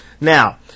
Now